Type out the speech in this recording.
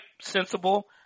sensible